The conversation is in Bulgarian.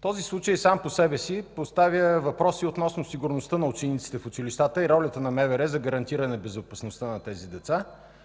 Този случай сам по себе си поставя въпроси относно сигурността на учениците в училищата и ролята на МВР за гарантиране безопасността на тези деца,